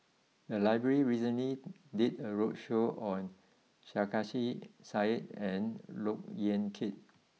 the library recently did a roadshow on Sarkasi Said and look Yan Kit